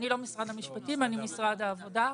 אני לא ממשרד המשפטים, אני ממשרד העבודה.